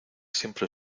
siempre